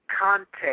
context